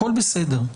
הכול בסדר,